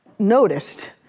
Noticed